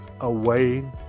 away